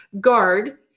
guard